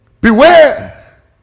beware